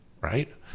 right